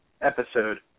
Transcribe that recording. episode